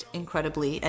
incredibly